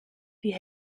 die